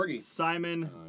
Simon